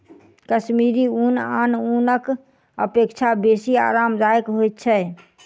कश्मीरी ऊन आन ऊनक अपेक्षा बेसी आरामदायक होइत छै